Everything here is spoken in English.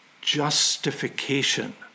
justification